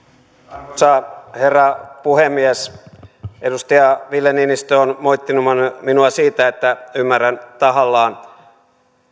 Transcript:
arvoisa herra puhemies edustaja ville niinistö on moittinut minua minua siitä että ymmärrän tahallaan